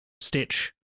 Stitch